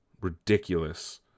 Ridiculous